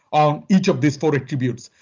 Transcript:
um each of these four attributes.